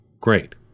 great